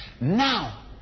Now